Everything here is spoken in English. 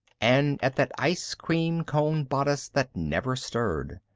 and at that ice-cream-cone bodice that never stirred.